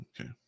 okay